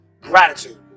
gratitude